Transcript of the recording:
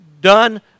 done